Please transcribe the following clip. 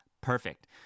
Perfect